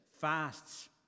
fasts